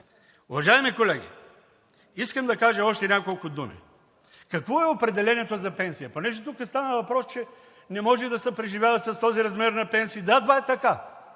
Уважаеми колеги, искам да кажа още няколко думи. Какво е определението за пенсия? Тук стана въпрос, че не може да се преживява с този размер на пенсии. Да, това е така!